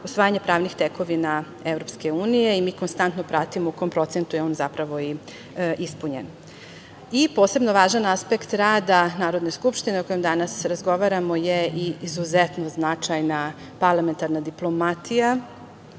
usvajanje pravnih tekovina EU i mi konstantno pratimo u kom procesu je on zapravo ispunjen. Posebno važan aspekt rada Narodne skupštine o kojem danas razgovaramo je i izuzetno značajna parlamentarna diplomatija